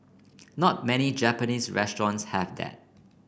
not many Japanese restaurants have that